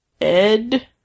Ed